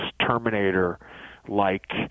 Terminator-like